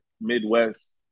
Midwest